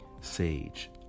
sage